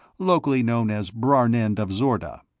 locally known as brarnend of zorda.